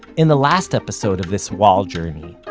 in the last episode of this wall journey,